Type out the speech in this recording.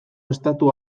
estatu